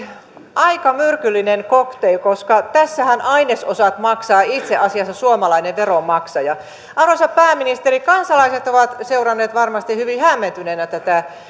aika myrkyllinen cocktail koska tässähän ainesosat maksaa itse asiassa suomalainen veronmaksaja arvoisa pääministeri kansalaiset ovat seuranneet varmasti hyvin hämmentyneinä tätä